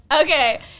Okay